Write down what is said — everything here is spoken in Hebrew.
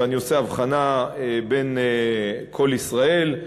ואני עושה הבחנה בין "קול ישראל",